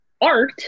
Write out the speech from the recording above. art